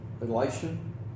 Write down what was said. elation